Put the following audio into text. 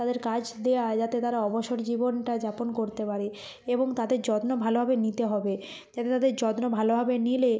তাদের কাজ দেওয়া যাতে তারা অবসর জীবনটা যাপন করতে পারে এবং তাদের যত্ন ভালোভাবে নিতে হবে যাতে তাদের যত্ন ভালোভাবে নিলে